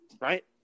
Right